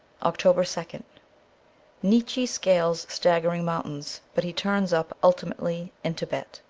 october second nietzsche scales staggering mountains, but he turns up ultimately in tibet.